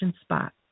spot